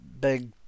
big